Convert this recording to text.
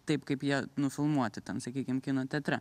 taip kaip jie nufilmuoti ten sakykim kino teatre